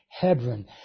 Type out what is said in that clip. Hebron